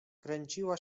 kręciła